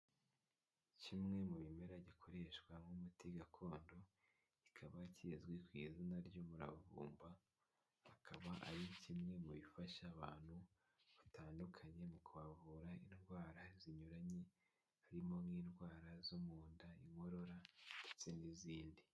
Kimwe mu bimera gikoreshwa nk'umuti gakondo, kikaba kizwi ku izina ry'umuravumba, akaba ari kimwe mu bifasha abantu batandukanye mu kubavura indwara zinyuranye harimo nk'indwara zo mu nda, inkorora ndetse n'izindi.